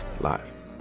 live